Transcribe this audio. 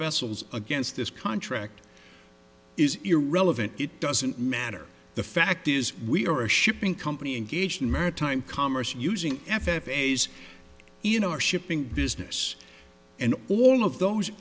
vessels against this contract is irrelevant it doesn't matter the fact is we are shipping company engaged in maritime commerce using f f eighty's in our shipping business and all of those